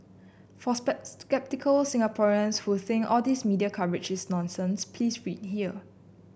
for sceptical Singaporeans who think all these media coverage is nonsense please read here